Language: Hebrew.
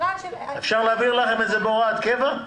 אפשר להעביר לכם את זה בהוראת קבע?...